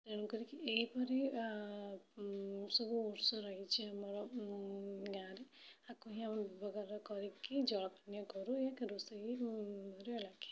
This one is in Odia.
ଏଣୁକରିକି ଏହାପରି ସବୁ ଉତ୍ସ ରହିଛି ଆମର ଗାଁରେ ତାକୁ ହିଁ ଆମେ ବ୍ୟବହାର କରିକି ଜଳ ପାନୀୟ କରୁ ଏହାକୁ ରୋଷେଇ ରେ ଲଗାଉ